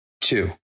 two